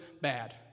bad